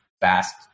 fast